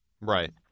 Right